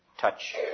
touch